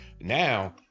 now